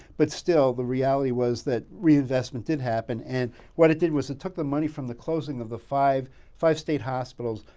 but still, the reality was that reinvestment did happen. and what it did was it took the money from the closing of the five five state hospitals,